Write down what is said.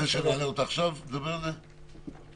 גם אני